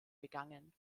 begangen